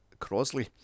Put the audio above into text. Crosley